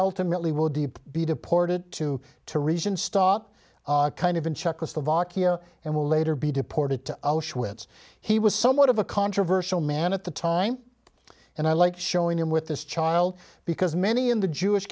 ultimately will deep be deported to to region stop kind of in czechoslovakia and will later be deported to auschwitz he was somewhat of a controversial man at the time and i like showing him with this child because many in the jewish